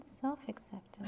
self-acceptance